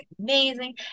amazing